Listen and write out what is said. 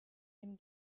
dem